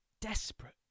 desperate